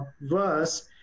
verse